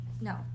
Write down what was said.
No